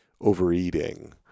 overeating